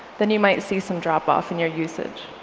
then you might see some drop-off in your usage.